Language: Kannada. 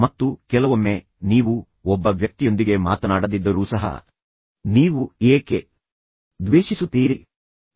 ಮತ್ತು ಕೆಲವೊಮ್ಮೆ ನೀವು ಒಬ್ಬ ವ್ಯಕ್ತಿಯೊಂದಿಗೆ ಮಾತನಾಡದಿದ್ದರೂ ಸಹ ನೀವು ಏಕೆ ದ್ವೇಷಿಸುತ್ತೀರಿ ಆದರೆ ನೀವು ಆ ವ್ಯಕ್ತಿಯನ್ನು ನೋಡಿದ ಕ್ಷಣದಿಂದ ನೀವು ಆ ವ್ಯಕ್ತಿಯನ್ನು ದ್ವೇಷಿಸಲು ಪ್ರಾರಂಭಿಸುತ್ತೀರಿ